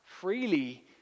freely